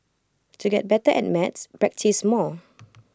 to get better at maths practise more